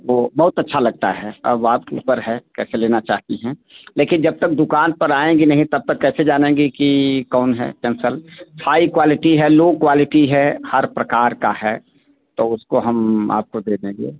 वो बहुत अच्छा लगता है अब आपके ऊपर है कैसे लेना चाहती हैं लेकिन जब तक दुकान पर आएँगी नहीं तब तक कैसे जानेंगी कि कौन है पेन्सल हाई क्वालिटी है लो क्वालिटी है हर प्रकार का है तो उसको हम आपको दे देंगे